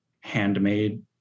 handmade